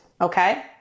okay